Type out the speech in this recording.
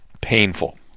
painful